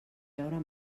beure